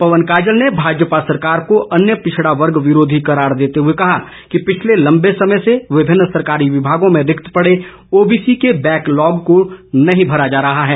पवन काजल ने भाजपा सरकार को अन्य पिछड़ा वर्ग विरोधी करार देते हुए कहा कि पिछले लम्बे समय से विभिन्न सरकारी विभागों में रिक्त पड़े ओबीसी के बैक लॉग को नहीं भरा जा रहा है